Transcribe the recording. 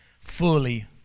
fully